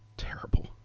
terrible